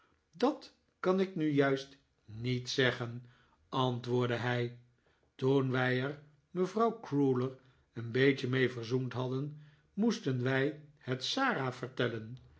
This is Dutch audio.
dat kan ik nu juist niet zeggen antwoordde hij toen wij er mevrouw crewa ler een beetje mee verzoend hadden moesten wij het sara vertellen